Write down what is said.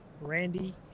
randy